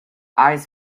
eyes